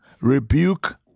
Rebuke